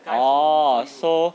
oh so